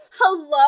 Hello